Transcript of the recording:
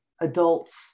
adults